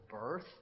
birth